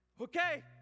okay